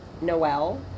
Noel